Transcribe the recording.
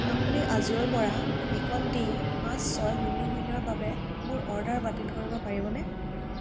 আপুনি আজিঅ'ৰপৰা Nikon D পাঁচ ছয় শূন্য শূন্যৰ বাবে মোৰ অৰ্ডাৰ বাতিল কৰিব পাৰিবনে